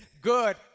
Good